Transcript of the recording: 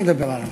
אני אדבר עליו.